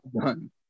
done